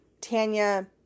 Tanya